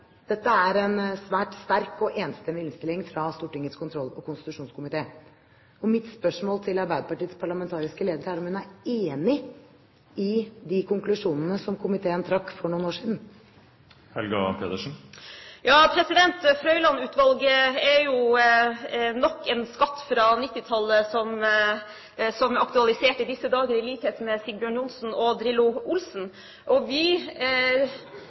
Dette er en svært sterk og enstemmig innstilling fra Stortingets kontroll- og konstitusjonskomité. Og mitt spørsmål til Arbeiderpartiets parlamentariske leder er om hun er enig i de konklusjonene som komiteen trakk for noen år siden. Frøiland-utvalget er jo nok en skatt fra 1990-tallet som er aktualisert i disse dager, i likhet med Sigbjørn Johnsen og «Drillo» Olsen. . Vi